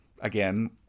again